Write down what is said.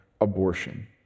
abortion